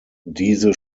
diese